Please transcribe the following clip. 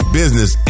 business